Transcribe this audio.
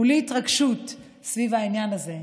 כולי התרגשות סביב העניין הזה.